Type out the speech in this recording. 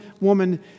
woman